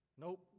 Nope